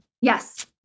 Yes